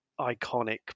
iconic